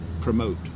promote